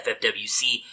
FFWC